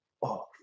off